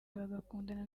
bagakundana